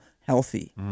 healthy